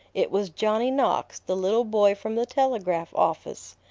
it was johnny knox, the little boy from the telegraph office.